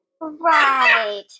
Right